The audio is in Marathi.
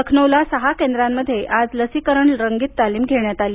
लखनौला सहा केंद्रांमध्ये आज लसीकरण रंगीत तालीम घेण्यात आली